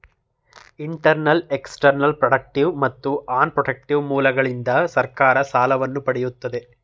internal, external, productive ಮತ್ತು unprotective ಮೂಲಗಳಿಂದ ಸರ್ಕಾರ ಸಾಲವನ್ನು ಪಡೆಯುತ್ತದೆ